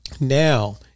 Now